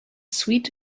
sweet